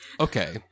Okay